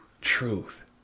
truth